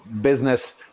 business